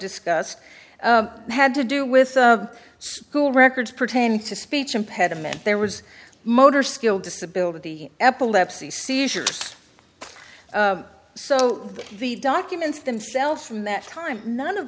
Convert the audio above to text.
discussed had to do with the school records pertaining to speech impediment there was motor skill disability epilepsy seizures so the documents themselves from that time none of